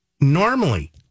normally